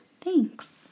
Thanks